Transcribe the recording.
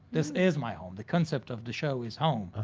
this is my home. the concept of the show is home.